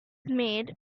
made